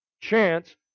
chance